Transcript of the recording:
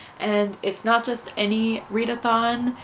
and it's not just any readathon,